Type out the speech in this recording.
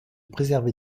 préserver